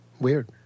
Weird